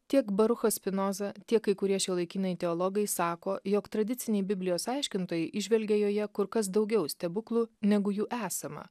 tiek baruchas spinoza tiek kai kurie šiuolaikiniai teologai sako jog tradiciniai biblijos aiškintojai įžvelgė joje kur kas daugiau stebuklų negu jų esama